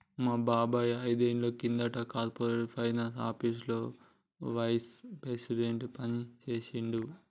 మా బాబాయ్ ఐదేండ్ల కింద కార్పొరేట్ ఫైనాన్స్ ఆపీసులో వైస్ ప్రెసిడెంట్గా పనిజేశిండు